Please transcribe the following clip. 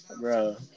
Bro